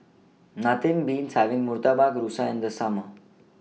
Nothing Beats having Murtabak Rusa in The Summer